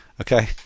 Okay